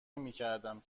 نمیکردم